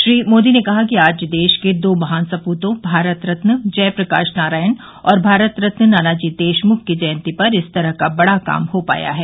श्री मोदी ने कहा कि आज देश के दो महान सपूतों भारत रत्न जयप्रकाश नारायण और भारत रत्न नानाजी देशमुख की जयंती पर इस तरह का बड़ा काम हो पाया है